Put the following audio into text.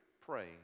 pray